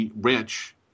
rich